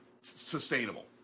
sustainable